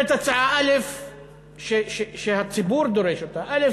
אומרת ההצעה, שהציבור דורש אותה, א.